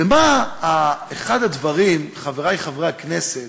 ומה אחד הדברים, חברי חברי הכנסת,